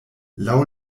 laŭ